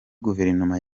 guverinoma